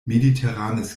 mediterranes